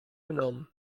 mną